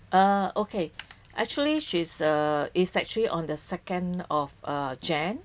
uh okay actually she's uh is actually on the second of uh jan~